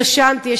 יש "בית השאנטי",